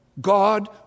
God